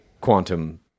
quantum